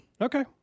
Okay